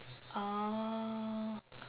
orh